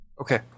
Okay